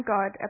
God